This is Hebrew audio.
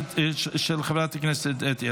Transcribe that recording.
של חברי הכנסת אלי דלל וקטי קטרין שטרית.